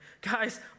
Guys